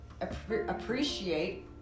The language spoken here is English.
appreciate